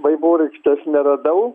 vaivorykštės neradau